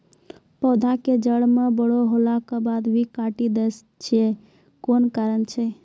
पौधा के जड़ म बड़ो होला के बाद भी काटी दै छै कोन कारण छै?